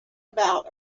about